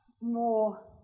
more